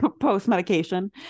post-medication